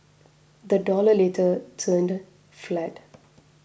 the dollar later turned flat